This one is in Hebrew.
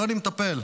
יוני מטפל.